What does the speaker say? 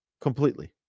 completely